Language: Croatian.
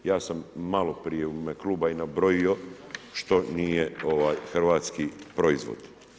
Ja sam maloprije u ime kluba i nabrojio što nije hrvatski proizvod.